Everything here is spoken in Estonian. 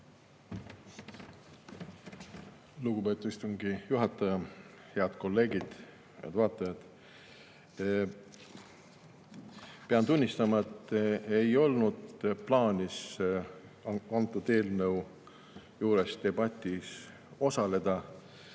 Lugupeetud istungi juhataja! Head kolleegid! Head vaatajad! Pean tunnistama, et mul ei olnud plaanis antud eelnõu debatis osaleda,